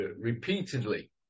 repeatedly